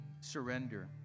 surrender